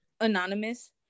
anonymous